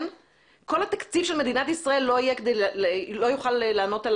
כול התקציב של מדינת ישראל לא יוכל לענות על